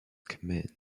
command